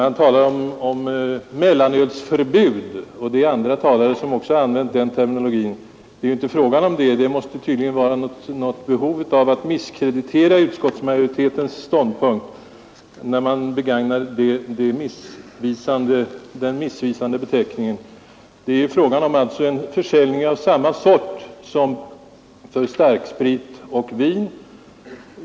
Han talar om mellanölsförbud, och det är andra talare som också använt den terminologin. Detta är det ju inte fråga om — det måste vara något behov av att misskreditera utskottsmajoritetens ståndpunkt när man begagnar den missvisande beteckningen förbud. Det är ju fråga om en försäljning av samma sort som den som tillämpas för starksprit och vin.